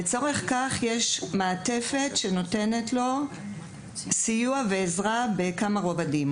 לצורך כך יצרנו מעטפת שמסייעת לו בכמה רבדים,